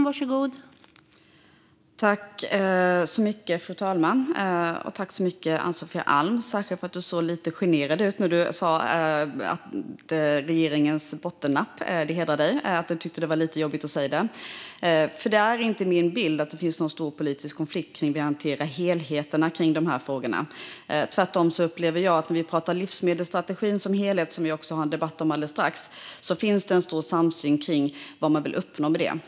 Fru talman! Tack, Ann-Sofie Alm - särskilt för att du såg lite generad ut när du talade om regeringens bottennapp; det hedrar dig att du tyckte att det var lite jobbigt att säga det! Det är nämligen inte min bild att det finns någon stor politisk konflikt kring hur vi hanterar helheten i de här frågorna. Tvärtom upplever jag att det när vi talar om livsmedelsstrategin som helhet, vilket vi ska ha en debatt om alldeles strax, finns en stor samsyn kring vad man vill uppnå med den.